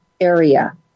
area